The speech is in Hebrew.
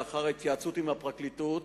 לאחר התייעצות עם הפרקליטות,